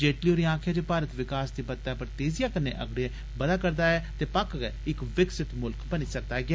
जेटली होरें आक्खेआ जे भारत विकास दी बत्तै पर तेजिया कन्ने अगड़े बधा करदा ऐ ते पक्क गै इक विकसित मुल्ख बनी सकदा ऐ